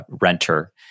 renter